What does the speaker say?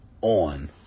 on